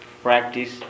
Practice